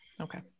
okay